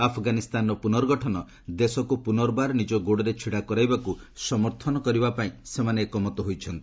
ଆଫଗାନିସ୍ତାନର ପୁନର୍ଗଠନ ଦେଶକୁ ପୁନର୍ବାର ନିଜ ଗୋଡ଼ରେ ଛିଡ଼ା କରାଇବାକୁ ସମର୍ଥନ କରିବାପାଇଁ ସେମାନେ ଏକମତ ହୋଇଛନ୍ତି